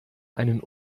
einen